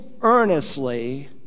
earnestly